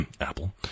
Apple